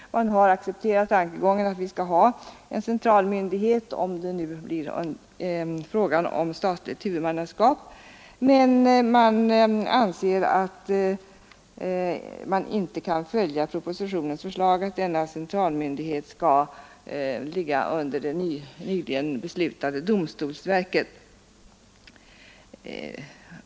Reservanterna har accepterat tankegången att vi skall ha en centralmyndighet, om det nu blir fråga om ett statligt huvudmannaskap, men anser att de inte kan följa propositionens förslag om att denna centralmyndighet skall sortera under det nyligen beslutade domstolsverket.